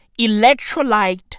electrolyte